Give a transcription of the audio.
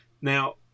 Now